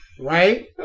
Right